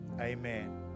Amen